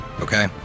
Okay